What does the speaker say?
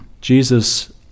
Jesus